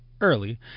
early